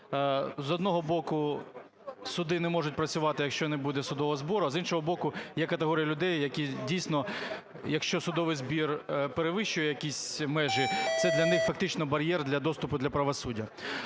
з одного боку, суди не можуть працювати, якщо не буде судового збору, а з іншого боку, є категорія людей, які дійсно, якщо судовий збір перевищує якісь межі, це для них фактично бар'єр для доступу для правосуддя.